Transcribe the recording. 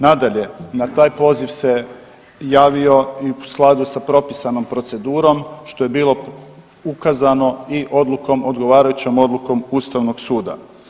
Nadalje, na taj poziv se javio i u skladu sa propisanom procedurom, što je bilo ukazano i odlukom, odgovarajućom odlukom ustavnog suda.